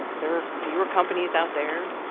there are fewer companies out there,